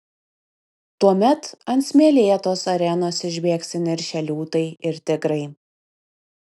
tuomet ant smėlėtos arenos išbėgs įniršę liūtai ir tigrai